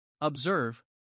Observe